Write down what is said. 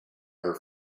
her